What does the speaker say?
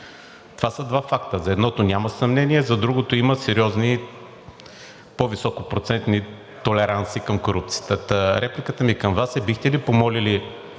Това са два факта. За едното няма съмнение. За другото има сериозни по-високопроцентни толеранси към корупцията. Та репликата ми към Вас е: бихте ли помолили